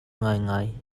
ngaingai